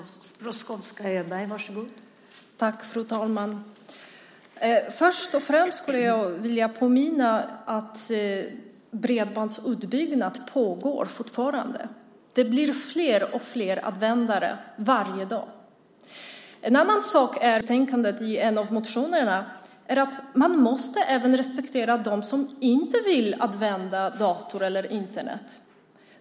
Fru talman! Först och främst skulle jag vilja påminna om att bredbandsutbyggnaden fortfarande pågår. Det blir fler och fler användare för varje dag. En annan sak, som kom i en av motionerna i betänkandet, är att man måste respektera även dem som inte vill använda dator eller Internet.